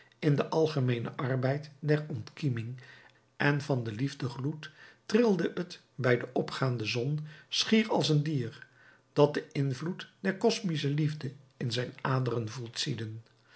in den algemeenen arbeid der ontkieming en van den liefdegloed trilde het bij de opgaande zon schier als een dier dat den invloed der cosmische liefde in zijn aderen voelt